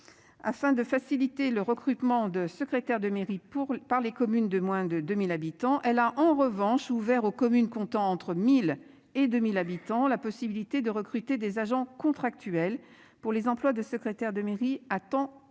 Afin de faciliter le recrutement de secrétaires de mairie pour par les communes de moins de 2000 habitants. Elle a en revanche ouvert aux communes comptant entre 1000 et 2000 habitants la possibilité de recruter des agents contractuels. Pour les emplois de secrétaire de mairie à temps complet.